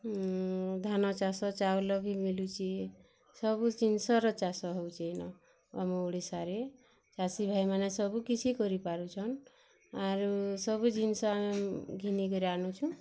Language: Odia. ଧାନ ଚାଷ ଚାଉଲ ବି ମିଲୁଚେ ସବୁ ଜିନିଷର ଚାଷ ହେଉଚି ଇନୁ ଆମ ଓଡ଼ିଶାରେ ଚାଷୀଭାଇମାନେ ସବୁକିଛି କରିପାରୁଛନ୍ ଆରୁ ସବୁ ଜିନିଷ ଆମେ ଘିନିକରି ଆନୁଛୁଁ